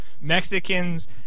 Mexicans